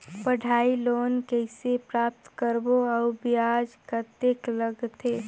पढ़ाई लोन कइसे प्राप्त करबो अउ ब्याज कतेक लगथे?